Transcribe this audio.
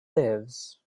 lives